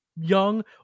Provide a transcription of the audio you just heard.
Young